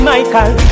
Michael